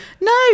no